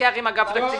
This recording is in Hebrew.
שתתווכח עם אגף תקציבים?